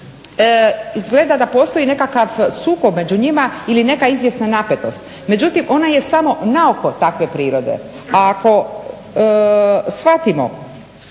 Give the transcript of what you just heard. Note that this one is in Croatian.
izgleda da postoji nekakav sukob među njima ili neka izvjesna napetost. Međutim, ona je samo naoko takve prirode, a ako shvatimo